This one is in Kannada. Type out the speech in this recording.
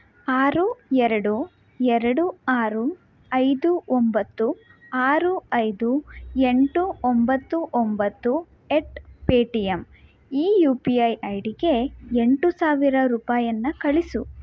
ಆರು ಎರಡು ಎರಡು ಆರು ಐದು ಒಂಬತ್ತು ಆರು ಐದು ಎಂಟು ಒಂಬತ್ತು ಒಂಬತ್ತು ಎಟ್ ಪೆಟಿಎಮ್ ಈ ಯು ಪಿ ಐ ಐ ಡಿಗೆ ಎಂಟು ಸಾವಿರ ರೂಪಾಯಿಯನ್ನ ಕಳಿಸು